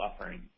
offering